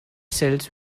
cells